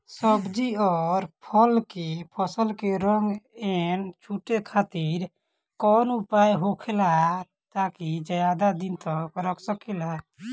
सब्जी और फल के फसल के रंग न छुटे खातिर काउन उपाय होखेला ताकि ज्यादा दिन तक रख सकिले?